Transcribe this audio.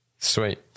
sweet